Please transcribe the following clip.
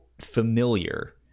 familiar